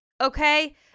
okay